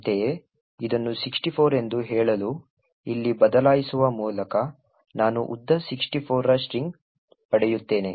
ಅಂತೆಯೇ ಇದನ್ನು 64 ಎಂದು ಹೇಳಲು ಇಲ್ಲಿ ಬದಲಾಯಿಸುವ ಮೂಲಕ ನಾನು ಉದ್ದ 64 ರ ಸ್ಟ್ರಿಂಗ್ ಪಡೆಯುತ್ತೇನೆ